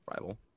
rival